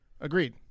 Agreed